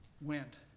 went